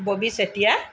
Bobby Chetia